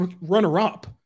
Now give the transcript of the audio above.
runner-up